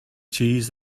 cheese